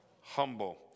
Humble